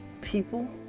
people